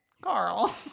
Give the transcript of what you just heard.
Carl